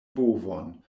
bovon